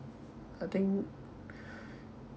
I think